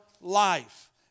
life